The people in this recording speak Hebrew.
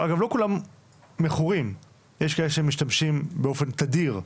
אגב לא כולם מכורים, יש כאלה שמשתמשים באופן תדיר,